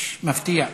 פשש, מפתיע,